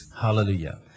Hallelujah